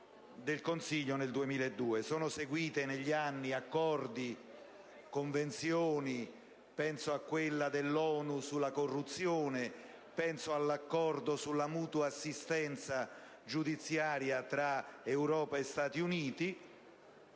del Consiglio del 2002. Sono seguiti negli anni accordi e convenzioni: penso a quella dell'ONU contro la corruzione e all'accordo sulla mutua assistenza giudiziaria tra Unione europea e Stati Uniti.